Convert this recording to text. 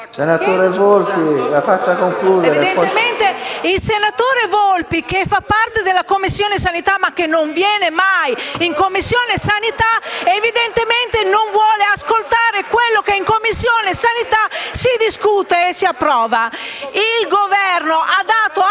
Senatore Volpi, lasci concludere